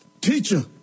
teacher